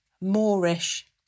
Moorish